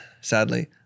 sadly